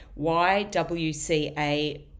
YWCA